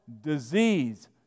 disease